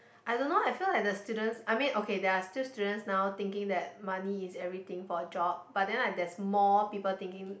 I don't know I feel like the student I mean okay there are still students now thinking that money is everything for a job but then like there's more people thinking